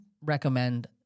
recommend